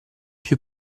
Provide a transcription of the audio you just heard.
più